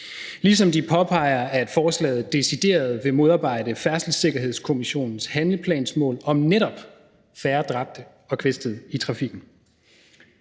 ligesom de påpeger, at forslaget decideret vil modarbejde Færdselssikkerhedskommissionens handleplansmål om netop færre dræbte og kvæstede i trafikken.